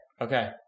Okay